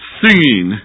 singing